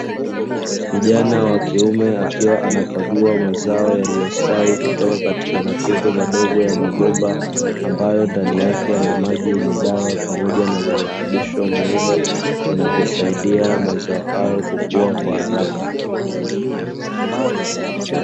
Kijana wa kiume akiwa anakagua mazao, yaliyostawi kutoka katika matundu madogo ya mabomba, ambayo ndani yake yana maji yenye dawa pamoja na virutubisho muhimu vinavyosaidia mazao hayo kukuwa kwa haraka.